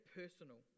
personal